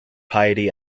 piety